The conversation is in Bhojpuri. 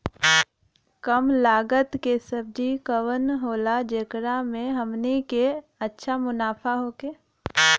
कम लागत के सब्जी कवन होला जेकरा में हमनी के अच्छा मुनाफा होखे?